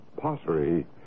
pottery